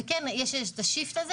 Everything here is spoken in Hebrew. ויש את המעבר הזה,